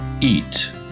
EAT